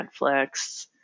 Netflix